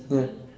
ya